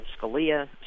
Scalia